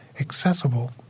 accessible